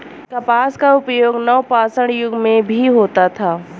कपास का उपयोग नवपाषाण युग में भी होता था